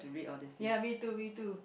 ya me too me too